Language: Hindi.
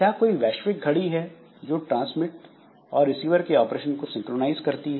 क्या कोई वैश्विक घड़ी है जो ट्रांसमीटर और रिसीवर के ऑपरेशन को सिंक्रोनाइज करती है